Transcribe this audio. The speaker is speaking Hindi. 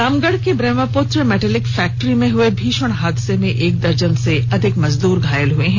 रामगढ़ के ब्रह्मपुत्र मैटालिक फैक्ट्री में हुए भीषण हादसे में एक दर्जन से ज्यादा मजदूर घायल हो गये हैं